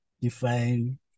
define